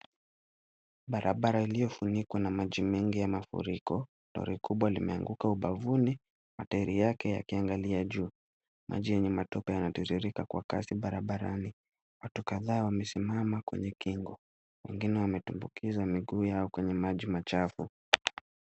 Barabara iliyofunikwa na maji mengi yamafuriko lori kubwa imeanguka ubavuni matairi yake yakiangalia juu, maji yenye matope yanatiririka kwa kasi barabarani. Watu kadhaa wamesimama kwenye ukingo na wengine wametumbikiza miguu yao kwenye maji machafu.